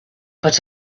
but